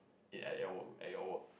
eat at your work at your work